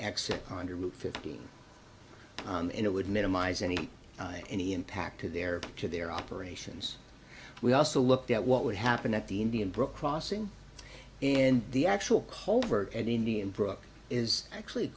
exit on route fifteen and it would minimize any any impact to their to their operations we also looked at what would happen at the indian brook crossing and the actual colbert and indian brook is actually